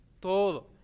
todo